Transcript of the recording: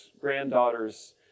granddaughters